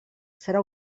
serà